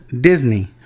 disney